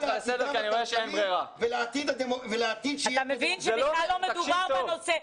לעתידם הכלכלי ולעתיד --- אתה מבין שבכלל לא מדובר בנושא.